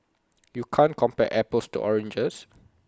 you can't compare apples to oranges